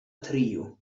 trio